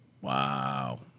Wow